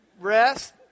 Rest